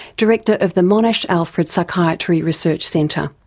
director of the monash alfred psychiatry research centre.